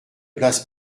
place